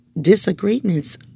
Disagreements